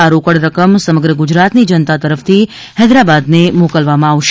આ રોકડ રકમ સમગ્ર ગુજરાતની જનતા તરફથી હૈદરાબાદને મોકલવામાં આવશે